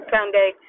Sunday